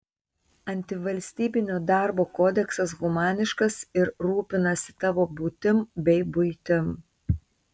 antivalstybinio darbo kodeksas humaniškas ir rūpinasi tavo būtim bei buitim